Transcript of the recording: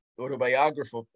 autobiography